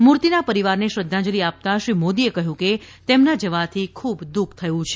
મૂર્તિના પરિવારને શ્રંધાજલી આપતા શ્રી મોદીએ કહ્યું કે તેમના જવાથી ખૂબ દુઃખ થયુ છે